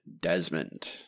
Desmond